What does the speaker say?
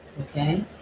Okay